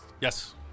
Yes